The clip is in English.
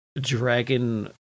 dragon